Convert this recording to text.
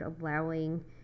allowing